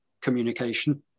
communication